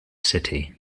city